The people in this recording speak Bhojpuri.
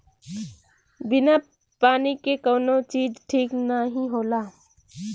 बिना पानी के कउनो चीज ठीक नाही होला